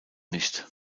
nicht